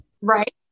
Right